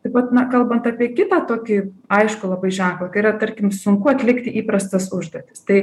taip pat na kalbant apie kitą tokį aiškų labai ženklą tai yra tarkim sunku atlikti įprastas užduotis tai